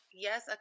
Yes